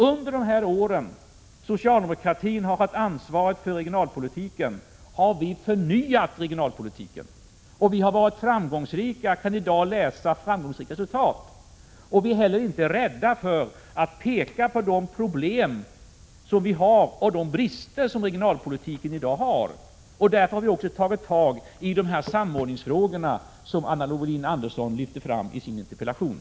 Under de år socialdemokraterna har varit ansvariga för regionalpolitiken har vi förnyat regionalpolitiken. Vi har varit framgångsrika. Vi kan i dag se framgångsrika resultat. Vi är inte heller rädda för att peka på problemen och bristerna i regionalpolitiken i dag. Därför har vi tagit tag i de samordningsfrågor som också Anna Wohlin-Andersson lyfte fram i sin interpellation.